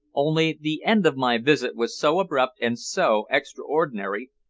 only the end of my visit was so abrupt and so extraordinary,